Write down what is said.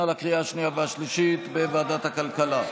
לקריאה השנייה והשלישית בוועדת הכלכלה.